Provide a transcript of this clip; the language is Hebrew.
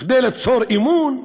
כדי ליצור אמון,